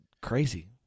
crazy